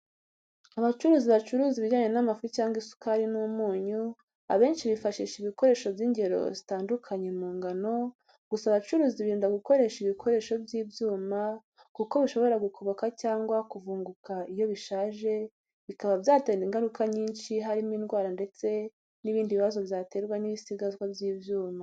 Abacuruzi bacuruza ibijyanye n'amafu cyangwa isukari n'umunyu, abenshi bifashisha ibikoresho by'ingero zitandukanye mu ngano, gusa abacuruzi birinda gukoresha ibikoresho by'ibyuma kuko bishobora gukoboka cyangwa kuvunguka iyo bishaje bikaba byatera ingaruka nyinshi, harimo indwara ndetse n'ibindi bibazo byaterwa n'ibisigazwa by'ibyuma.